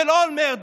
של אולמרט,